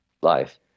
life